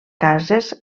cases